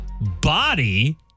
Body